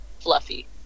fluffy